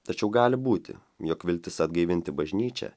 tačiau gali būti jog viltis atgaivinti bažnyčią